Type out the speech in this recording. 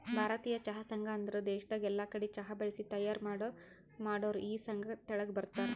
ಭಾರತೀಯ ಚಹಾ ಸಂಘ ಅಂದುರ್ ದೇಶದಾಗ್ ಎಲ್ಲಾ ಕಡಿ ಚಹಾ ಬೆಳಿಸಿ ತೈಯಾರ್ ಮಾಡೋರ್ ಈ ಸಂಘ ತೆಳಗ ಬರ್ತಾರ್